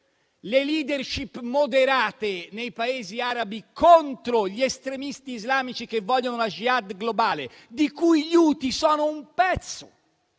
le *leadership* moderate nei Paesi arabi contro gli estremisti islamici che vogliono la *jihad* globale, di cui gli Houti sono una parte;